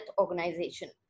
Organization